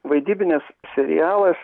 vaidybinis serialas